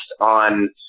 on